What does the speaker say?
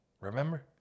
Remember